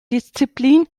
disziplin